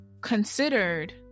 considered